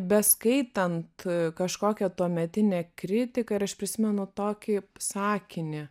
beskaitant kažkokią tuometinę kritiką ir aš prisimenu tokį sakinį